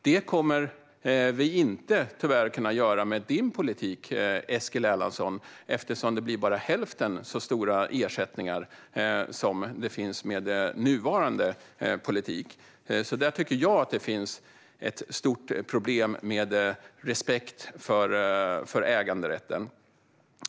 Det kommer vi tyvärr inte att kunna göra med din politik, Eskil Erlandsson, eftersom det bara blir hälften så stora ersättningar som med nuvarande politik. Där tycker jag att det finns ett stort problem med respekt för äganderätten.